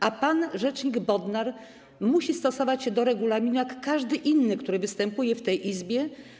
A pan rzecznik Bodnar musi stosować się do regulaminu jak każdy, kto występuje w tej Izbie.